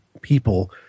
people